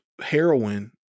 heroin